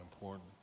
important